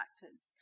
factors